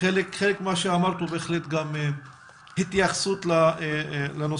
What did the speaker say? חלק ממה שאמרת הוא בהחלט התייחסות לנושאים